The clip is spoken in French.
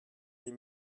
les